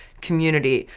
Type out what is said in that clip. community,